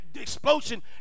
explosion